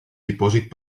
dipòsit